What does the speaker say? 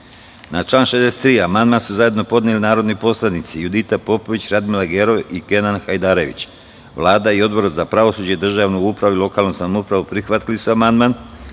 član 63. amandman su zajedno podneli narodni poslanici Judita Popović, Radmila Gerov i Kenan Hajdarević. Vlada i Odbor za pravosuđe, državnu upravu i lokalnu samoupravu prihvatili su amandman,